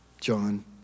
John